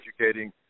educating